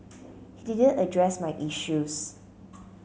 he didn't address my issues